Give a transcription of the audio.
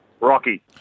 Rocky